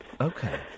Okay